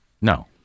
No